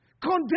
Condemn